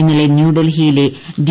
ഇന്നിലെ ന്യൂഡൽഹിയിലെ ഡി